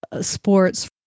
sports